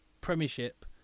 Premiership